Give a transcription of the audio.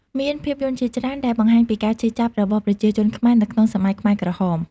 មានភាពយន្តជាច្រើនដែលបង្ហាញពីការឈឺចាប់របស់ប្រជាជនខ្មែរនៅក្នុងសម័យខ្មែរក្រហម។